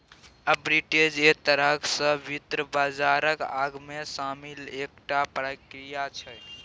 arbitrage एक तरह सँ वित्त बाजारक अंगमे शामिल एकटा प्रक्रिया छै